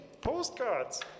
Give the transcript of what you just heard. postcards